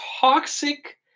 toxic